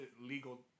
legal